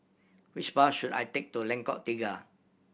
which bus should I take to Lengkok Tiga